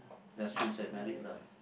ya since I married lah